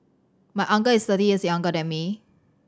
my uncle is thirty years younger than me